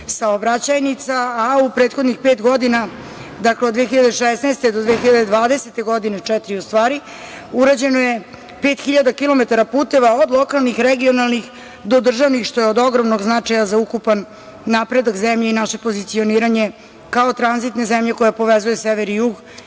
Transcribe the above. saobraćajnica, a u prethodnih četiri godine, dakle, od 2016. do 2020. godine, urađeno je 5.000 kilometara puteva od lokalnih, regionalnih, do državnih, što je od ogromnog značaja za ukupan napredak zemlje i naše pozicioniranje kao tranzitne zemlje koja povezuje sever i jug